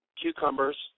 cucumbers